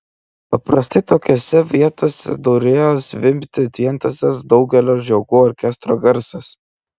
paprastai tokiose vietose turėjo zvimbti vientisas daugelio žiogų orkestro garsas